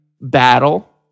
battle